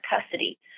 custody